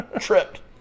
tripped